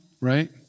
right